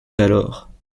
d’alors